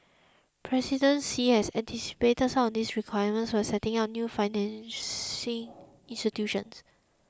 President Xi has anticipated some of these requirements by setting up new financing institutions